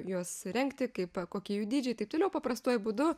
juos rengti kaip kokie jų dydžiai taip toliau paprastuoju būdu